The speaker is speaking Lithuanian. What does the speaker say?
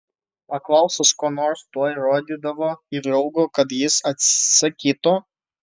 paklausus ko nors tuoj rodydavo į draugą kad jis atsakytų